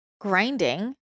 grinding